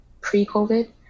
pre-COVID